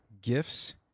gifts